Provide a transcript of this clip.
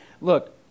Look